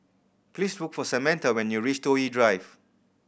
please look for Samatha when you reach Toh Yi Drive